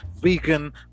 vegan